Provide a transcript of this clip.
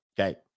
Okay